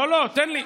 לא, לא, תן לי.